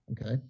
Okay